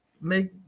make